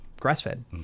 grass-fed